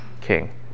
king